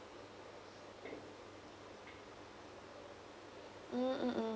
mm mm mm